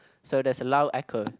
so there's a loud echo